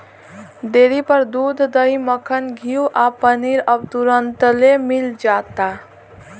dairy पर दूध, दही, मक्खन, घीव आ पनीर अब तुरंतले मिल जाता